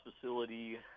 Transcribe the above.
facility